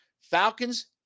Falcons